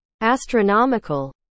Astronomical